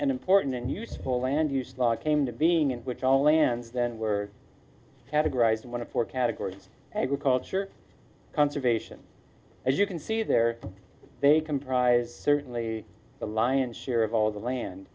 an important and useful land use law came to being in which all lands then were categorized as one of four categories agriculture conservation as you can see there they comprise certainly the lion's share of all the land